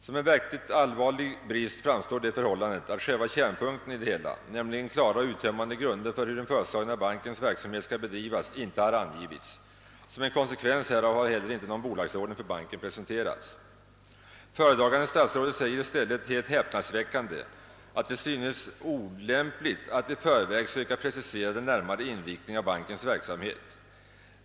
Som en verkligt allvarlig brist framstår det förhållandet, att själva kärnpunkten i det hela, nämligen klara och uttömmande grunder för hur den föreslagna investeringsbankens verksamhet skall bedrivas, icke angivits. Som en konsekvens härav har icke heller någon bolagsordning för banken presenterats. Föredragande statsrådet säger i stället helt häpnadsväckande, att »det synes vara olämpligt att i förväg söka precisera den närmare inriktningen av bankens verksamhet».